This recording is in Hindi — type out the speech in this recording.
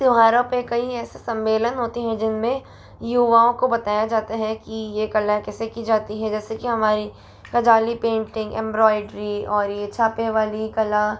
त्योहारों पर कई ऐसा सम्मेलन होते हैं जिनमें युवाओं को बताए जाते हैं कि ये कला कैसे की जाती है जैसे कि हमारी कजाली पेंटिंग एंब्रायडरी और ये छापे वाली कला